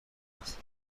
است